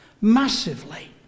massively